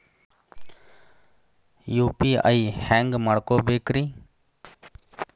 UPI ಹ್ಯಾಂಗ ಮಾಡ್ಕೊಬೇಕ್ರಿ?